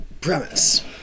premise